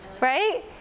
right